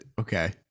Okay